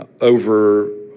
over